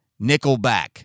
Nickelback